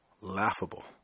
laughable